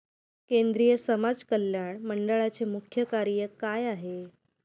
केंद्रिय समाज कल्याण मंडळाचे मुख्य कार्य काय आहे?